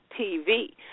TV